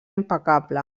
impecable